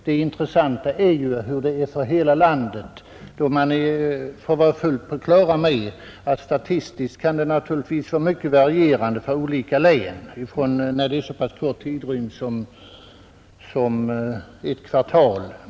Det intressanta är ju hur stor den är för hela landet; man får vara fullt på det klara med att det statistiskt naturligtvis kan vara mycket varierande för olika län när det gäller en så kort tidrymd som ett kvartal.